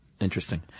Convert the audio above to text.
Interesting